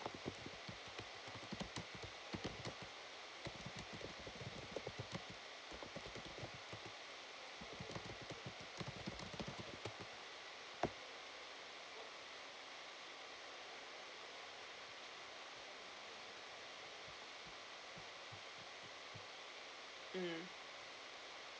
mm